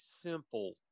simple